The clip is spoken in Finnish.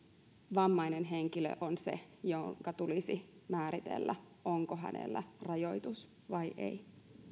vammainen henkilö on se jonka tulisi määritellä onko hänellä rajoitus vai ei